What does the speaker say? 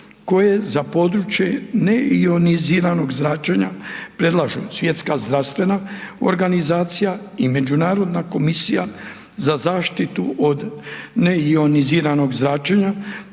koje za područje neioniziranog zračenja predlažu Svjetska zdravstvena organizacija i Međunarodna komisija za zaštitu od neioniziranog zračenja